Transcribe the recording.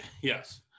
yes